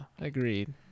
agreed